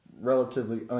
relatively